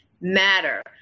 matter